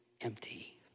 empty